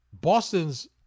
boston's